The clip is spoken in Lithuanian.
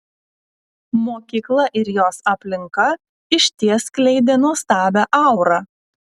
mokykla ir jos aplinka išties skleidė nuostabią aurą